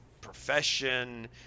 profession